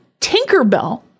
Tinkerbell